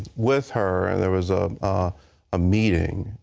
with her and there was a ah ah meeting,